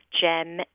gem